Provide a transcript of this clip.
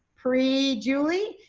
pre-julie,